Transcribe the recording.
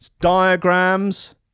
Diagrams